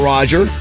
Roger